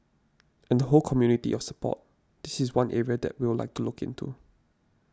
and the whole community of support this is one area that we'll like to look into